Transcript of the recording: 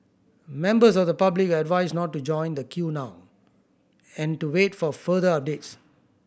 members of the public are advised not to join the queue now and to wait for further updates